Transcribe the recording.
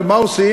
אבל מה עושים?